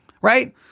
Right